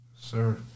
Sir